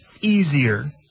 easier